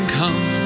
come